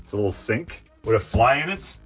so little sink with a fly in it.